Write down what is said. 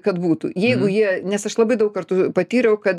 kad būtų jeigu jie nes aš labai daug kartų patyriau kad